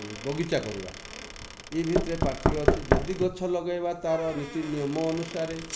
ବଗିଚା କରିବା ଏହି ଭିତରେ ପାର୍ଥକ୍ୟ ଅଛି ଯଦି ଗଛ ଲଗାଇବା ତା'ର ନୀତି ନିୟମ ଅନୁସାରେ